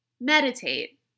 meditate